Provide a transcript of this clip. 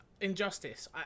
Injustice